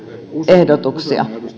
ehdotuksia